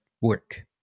work